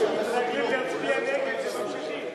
כשמתרגלים להצביע נגד, ממשיכים.